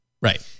Right